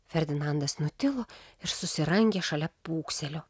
ferdinandas nutilo ir susirangė šalia pūkselio